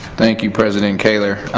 thank you, president kaler.